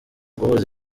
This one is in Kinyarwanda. guhuza